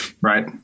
Right